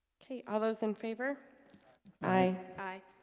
okay, all those in favor aye